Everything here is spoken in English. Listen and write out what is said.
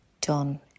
done